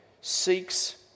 seeks